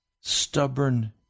Stubborn